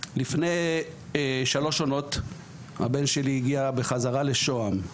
לפני שלוש עונות הבן שלי הגיע בחזרה לשוהם,